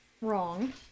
wrong